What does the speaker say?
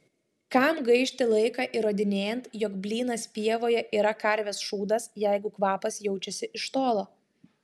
kam gaišti laiką įrodinėjant jog blynas pievoje yra karvės šūdas jeigu kvapas jaučiasi iš tolo